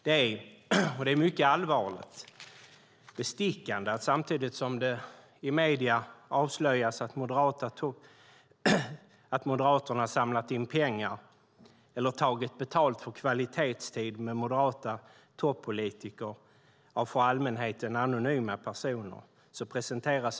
Det är mycket allvarligt att det presenteras ett så tydligt förslag om en skattegräddfil för en liten, välbärgad grupps privata inkomster samtidigt som det i medierna avslöjas att Moderaterna har samlat in pengar eller tagit betalt för kvalitetstid med moderata toppolitiker av för allmänheten anonyma personer.